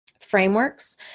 frameworks